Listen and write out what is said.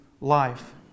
life